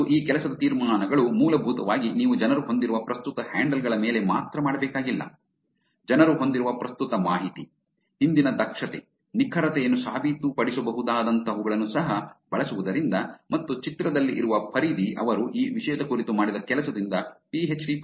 ಮತ್ತು ಈ ಕೆಲಸದ ತೀರ್ಮಾನಗಳು ಮೂಲಭೂತವಾಗಿ ನೀವು ಜನರು ಹೊಂದಿರುವ ಪ್ರಸ್ತುತ ಹ್ಯಾಂಡಲ್ ಗಳ ಮೇಲೆ ಮಾತ್ರ ಮಾಡಬೇಕಾಗಿಲ್ಲ ಜನರು ಹೊಂದಿರುವ ಪ್ರಸ್ತುತ ಮಾಹಿತಿ ಹಿಂದಿನ ದಕ್ಷತೆ ನಿಖರತೆಯನ್ನು ಸಾಬೀತುಪಡಿಸಬಹುದಾದಂತಹವುಗಳನ್ನು ಸಹ ಬಳಸುವುದರಿಂದ ಮತ್ತು ಚಿತ್ರದಲ್ಲಿ ಇರುವ ಪರಿಧಿ ಅವರು ಈ ವಿಷಯದ ಕುರಿತು ಮಾಡಿದ ಕೆಲಸದಿಂದ ಪಿಎಚ್ಡಿ Ph